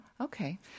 Okay